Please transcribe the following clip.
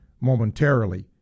momentarily